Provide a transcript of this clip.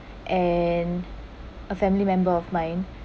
and a family member of mine